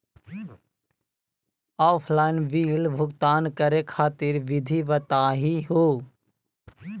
Offline bill भुगतान करे खातिर विधि बताही हो?